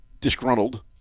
disgruntled